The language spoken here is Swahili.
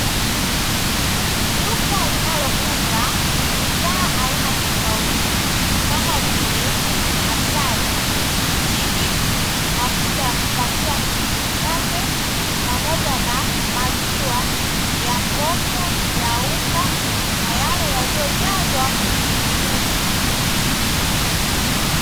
Duka linalouza bidhaa aina tofauti kama vile; asali, mtindi, mafuta ya kupakia kwenye mikate pamoja na maziwa ya kopo, ya unga na yale yaliyojazwa kwenye vidumu.